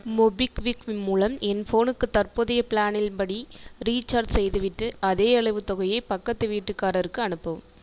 MobiKwik மூலம் என் ஃபோனுக்கு தற்போதைய ப்ளானில் படி ரீசார்ஜ் செய்துவிட்டு அதேயளவு தொகையை பக்கத்து வீட்டுக்காரருக்கு அனுப்பவும்